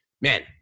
man